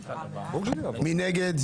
7. מי נגד?